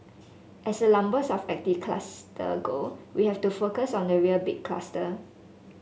as the numbers of active cluster go we have to focus on the real big cluster